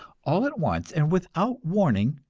all at once, and without warning,